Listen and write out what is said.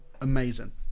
amazing